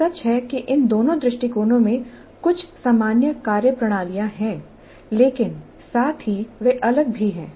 यह सच है कि इन दोनों दृष्टिकोणों में कुछ सामान्य कार्यप्रणालियां हैं लेकिन साथ ही वे अलग भी हैं